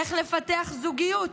איך לפתח זוגיות.